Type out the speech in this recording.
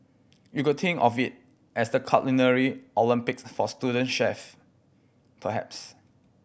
you could think of it as the Culinary Olympics for student chefs perhaps